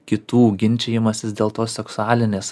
kitų ginčijimasis dėl to seksualinės